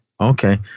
Okay